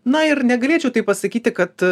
na ir negalėčiau taip pasakyti kad